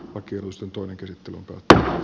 oikeusjutun käsittely tuottaa